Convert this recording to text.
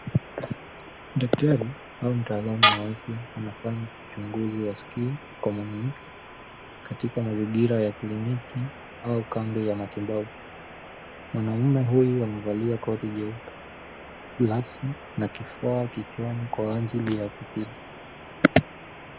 Daktari au taalamu wa afya anafanya uchunguzi wa skin kwa mwanamke katika mazingira ya kliniki au kambi ya matibabu. Mwanaume huyu amevalia koti jeupe glasi na kifaa kichwani kwa ajili ya kutibu.